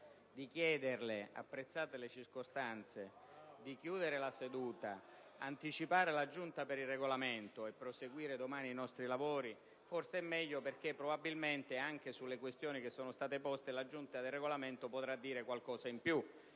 di chiederle, apprezzate le circostanze, di togliere la seduta, anticipare la Giunta per il Regolamento e proseguire i nostri lavori domani. Forse sarebbe meglio, perché probabilmente anche sulle questioni poste la Giunta per il Regolamento potrà dire qualcosa in più;